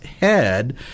head